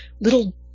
little